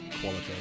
quality